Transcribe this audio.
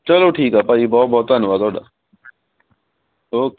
ਚਲੋ ਠੀਕ ਹੈ ਭਾਅ ਜੀ ਬਹੁਤ ਬਹੁਤ ਧੰਨਵਾਦ ਤੁਹਡਾ ਓਕੇ